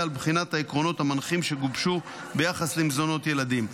על בחינת העקרונות המנחים שגובשו ביחס למזונות ילדים.